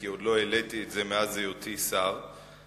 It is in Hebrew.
כי עוד לא העליתי את זה מאז היותי שר בממשלה.